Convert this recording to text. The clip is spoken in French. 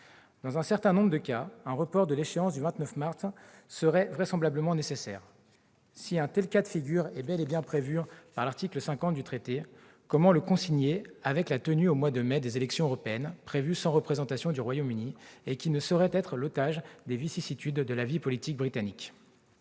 Dans un certain nombre de cas, un report de l'échéance du 29 mars serait vraisemblablement nécessaire. Si un tel cas de figure est bel et bien prévu par l'article 50 du traité de l'Union européenne, comment le concilier avec la tenue au mois de mai prochain des élections européennes, prévues sans représentation du Royaume-Uni et qui ne sauraient être prises en otage par les vicissitudes de la vie politique britannique ?